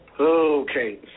Okay